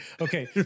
okay